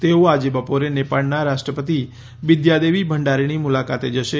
તેઓ આજે બપોરે નેપાળના રાષ્ટ્રપતિ બીદ્યાદેવી ભંડારીની મુલાકાત જશે